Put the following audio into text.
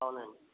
అవునండి